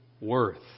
worth